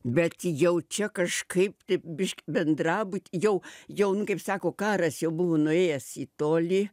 bet jau čia kažkaip tai biškį bendrabuty jau jau nu kaip sako karas jau buvo nuėjęs į tolį